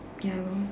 ya lor